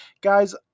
Guys